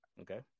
okay